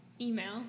email